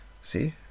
See